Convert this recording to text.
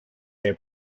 their